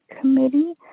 committee